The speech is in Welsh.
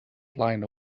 flaen